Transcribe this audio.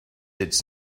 its